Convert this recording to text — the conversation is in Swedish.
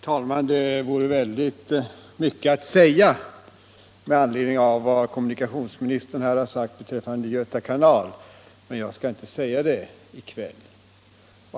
Herr talman! Det vore väldigt mycket att säga med anledning av vad kommunikationsministern här har anfört beträffande Göta kanal men jag skall inte säga det i kväll.